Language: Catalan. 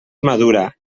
madura